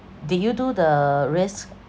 did you do the risk